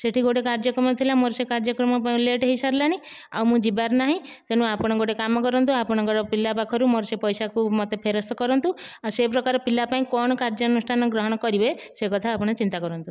ସେଇଠି ଗୋଟିଏ କାର୍ଯ୍ୟକ୍ରମ ଥିଲା ମୋର ସେ କାର୍ଯ୍ୟକ୍ରମ ପାଇଁ ଲେଟ୍ ହୋଇସାରିଲାଣି ଆଉ ମୁଁ ଯିବାର ନାହିଁ ତେଣୁ ଆପଣ ଗୋଟିଏ କାମ କରନ୍ତୁ ଆପଣଙ୍କର ପିଲା ପାଖରୁ ମୋର ସେ ପଇସାକୁ ମତେ ଫେରସ୍ତ କରନ୍ତୁ ଆଉ ସେ ପ୍ରକାର ପିଲା ପାଇଁ କଣ କାର୍ଯ୍ୟାନୁଷ୍ଠାନ ଗ୍ରହଣ କରିବେ ସେ କଥା ଆପଣ ଚିନ୍ତା କରନ୍ତୁ